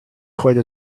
quite